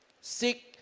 Seek